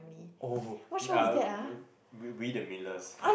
oh uh we we the Millers